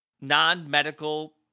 non-medical